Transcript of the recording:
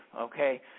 okay